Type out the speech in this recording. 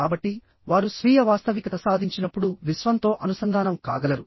కాబట్టి వారు స్వీయ వాస్తవికత సాధించినప్పుడు విశ్వంతో అనుసంధానం కాగలరు